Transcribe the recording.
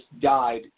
died